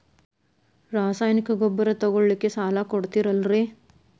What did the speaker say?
ರಾಸಾಯನಿಕ ಗೊಬ್ಬರ ತಗೊಳ್ಳಿಕ್ಕೆ ಸಾಲ ಕೊಡ್ತೇರಲ್ರೇ?